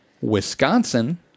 Wisconsin